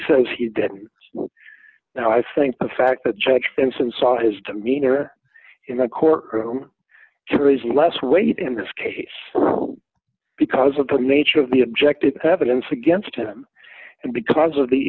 says he didn't know i think the fact that jack spence and saw his demeanor in the courtroom here is less weight in this case because of the nature of the objective evidence against him and because of the